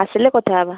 ଆସିଲେ କଥାହେବା